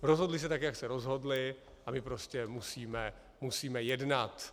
Rozhodli se tak, jak se rozhodli, a my prostě musíme jednat.